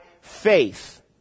faith